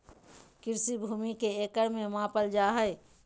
कृषि भूमि के एकड़ में मापल जाय हइ